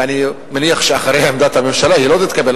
ואני מניח שאחרי עמדת הממשלה היא לא תתקבל,